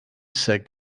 said